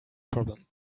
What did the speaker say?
problem